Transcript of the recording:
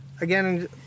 Again